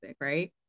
right